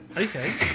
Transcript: Okay